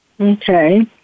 Okay